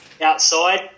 outside